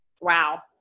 wow